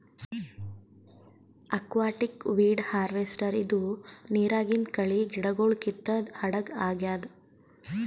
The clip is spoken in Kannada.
ಅಕ್ವಾಟಿಕ್ ವೀಡ್ ಹಾರ್ವೆಸ್ಟರ್ ಇದು ನಿರಾಗಿಂದ್ ಕಳಿ ಗಿಡಗೊಳ್ ಕಿತ್ತದ್ ಹಡಗ್ ಆಗ್ಯಾದ್